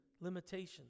limitations